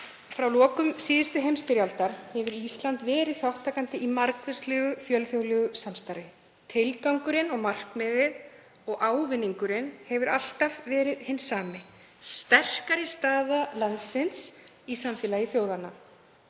Frá lokum síðustu heimsstyrjaldar hefur Ísland verið þátttakandi í margvíslegu fjölþjóðlegu samstarfi. Tilgangurinn og markmiðið og ávinningurinn hefur alltaf verið hinn sami: Sterkari staða landsins í samfélagi þjóðanna.